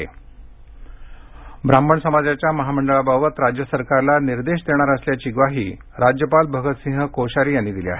ब्राह्मण समाज ब्राह्मण समाजाच्या महामंडळाबाबत राज्य सरकारला निर्देश देणार असल्याची ग्वाही राज्यपाल भगतसिंह कोश्यारी यांनी दिली आहे